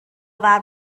آور